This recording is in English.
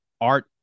Art